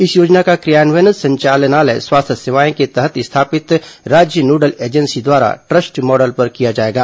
इस योजना का क्रियान्वयन संचालनालय स्वास्थ्य सेवाएं के तहत स्थापित राज्य नोडल एजेंसी द्वारा ट्रस्ट मॉडल पर किया जाएगा